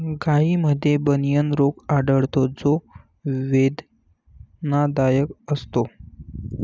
गायींमध्ये बनियन रोग आढळतो जो वेदनादायक असतो